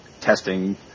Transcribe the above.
testing